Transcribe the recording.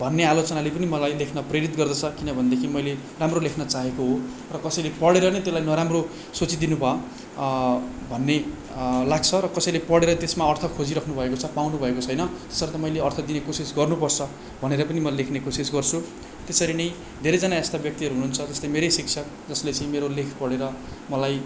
भन्ने आलोचनाले पनि मलाई लेख्न प्रेरित गर्दछ किन भनेदेखि मैले राम्रो लेख्न चाहेको हो र कसरी पढेर नै त्यसलाई नराम्रो सोचिदिनु भयो भन्ने लाग्छ र कसैले पढेर त्यसमा अर्थ खोजिराख्नु भएको छ पाउनुभएको छैन त्यसर्थ मैले अर्थ दिने कोसिस गर्नुपर्छ भनेर पनि मैले लेख्ने कोसिस गर्छु त्यसरी नै धेरैजना यस्ता व्यक्तिहरू हुनुहुन्छ जसले मेरै शिक्षक जसले चाहिँ मेरो लेख पढेर मलाई